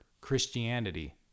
Christianity